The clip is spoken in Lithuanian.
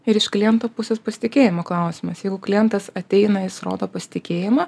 ir iš klientų pusės pasitikėjimo klausimas jeigu klientas ateina jis rodo pasitikėjimą